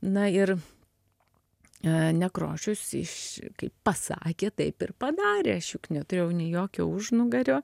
na ir nekrošius jis kaip pasakė taip ir padarė aš juk neturėjau nei jokio užnugario